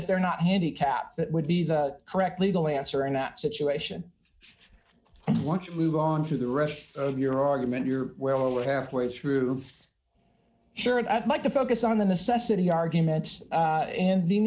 if they're not handicapped that would be the correct legal answer in that situation and once you move on to the rest of your argument you're well over half way through sure and i'd like to focus on the necessity argument in the